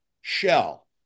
shell